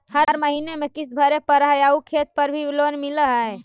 हर महीने में किस्त भरेपरहै आउ खेत पर भी लोन मिल है?